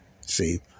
See